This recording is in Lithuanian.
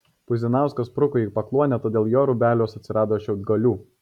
puzinauskas spruko į pakluonę todėl jo rūbeliuos atsirado šiaudgalių